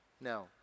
No